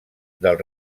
del